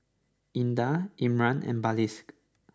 Indah Imran and Balqis